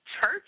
church